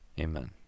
Amen